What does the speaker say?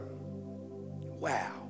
wow